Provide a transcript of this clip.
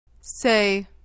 Say